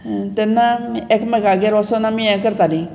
तेन्ना एकामेकागेर वोसोन आमी हें करतालीं